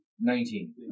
Nineteen